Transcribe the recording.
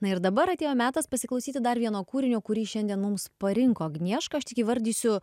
na ir dabar atėjo metas pasiklausyti dar vieno kūrinio kurį šiandien mums parinko agnieška aš tik įvardysiu